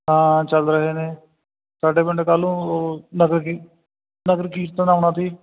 ਹਾਂ ਚੱਲ ਰਹੇ ਨੇ ਸਾਡੇ ਪਿੰਡ ਕੱਲ੍ਹ ਨੂੰ ਉਹ ਨਗਰ ਕੀ ਨਗਰ ਕੀਰਤਨ ਆਉਣਾ ਸੀ